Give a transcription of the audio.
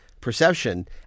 perception